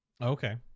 Okay